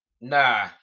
nah